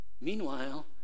Meanwhile